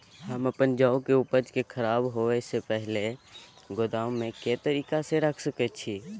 हम अपन जौ के उपज के खराब होय सो पहिले गोदाम में के तरीका से रैख सके छी?